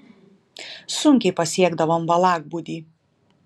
sunkiai pasiekdavom valakbūdį